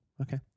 Okay